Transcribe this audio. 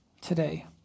today